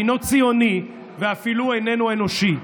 אינו ציוני ואפילו אינו אנושי.